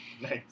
Nice